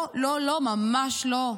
לא, לא, ממש לא.